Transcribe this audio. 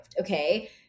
Okay